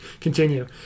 continue